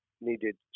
needed